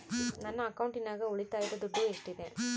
ನನ್ನ ಅಕೌಂಟಿನಾಗ ಉಳಿತಾಯದ ದುಡ್ಡು ಎಷ್ಟಿದೆ?